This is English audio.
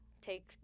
Take